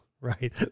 Right